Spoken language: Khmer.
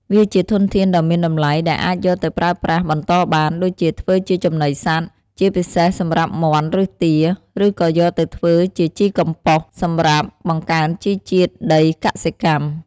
វាជាធនធានដ៏មានតម្លៃដែលអាចយកទៅប្រើប្រាស់បន្តបាន ដូចជាធ្វើជាចំណីសត្វ ជាពិសេសសម្រាប់មាន់ ឬទា ឬក៏យកទៅធ្វើជាជីកំប៉ុស្តសម្រាប់បង្កើនជីជាតិដីកសិកម្ម។